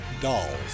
dolls